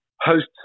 host